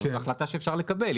זו החלטה שאפשר לקבל.